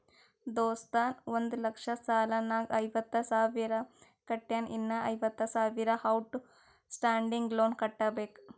ದೋಸ್ತ ಒಂದ್ ಲಕ್ಷ ಸಾಲ ನಾಗ್ ಐವತ್ತ ಸಾವಿರ ಕಟ್ಯಾನ್ ಇನ್ನಾ ಐವತ್ತ ಸಾವಿರ ಔಟ್ ಸ್ಟ್ಯಾಂಡಿಂಗ್ ಲೋನ್ ಕಟ್ಟಬೇಕ್